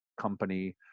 company